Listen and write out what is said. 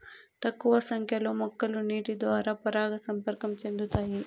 తక్కువ సంఖ్య లో మొక్కలు నీటి ద్వారా పరాగ సంపర్కం చెందుతాయి